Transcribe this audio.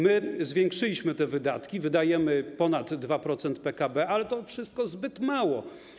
My zwiększyliśmy te wydatki, wydajemy ponad 2% PKB, ale to wszystko zbyt mało.